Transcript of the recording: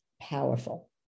powerful